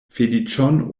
feliĉon